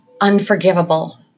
unforgivable